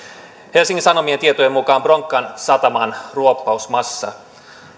helsingin sanomien tietojen mukaan bronkan sataman ruoppausmassa